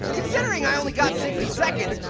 considering i only got sixty seconds,